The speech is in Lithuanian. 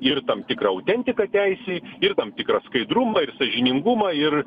ir tam tikrą autentiką teisei ir tam tikrą skaidrumą ir sąžiningumą ir